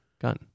gun